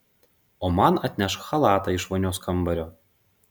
o man atnešk chalatą iš vonios kambario